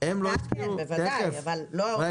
בוועדה הזאת אין